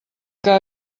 que